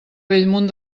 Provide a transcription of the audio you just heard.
bellmunt